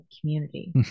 community